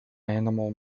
animal